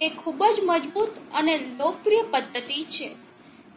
તે ખૂબ જ મજબૂત અને લોકપ્રિય પદ્ધતિ છે